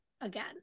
again